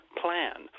plan